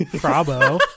Bravo